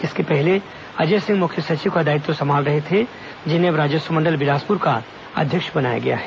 इसके पहले अजय सिंह मुख्य सचिव का दायित्व संभाल रहे थे जिन्हें अब राजस्व मंडल बिलासपुर का अध्यक्ष बनाया गया है